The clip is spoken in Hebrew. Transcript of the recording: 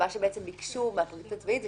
מה שביקשו מהפרקליטות הצבאית זה